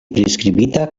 priskribita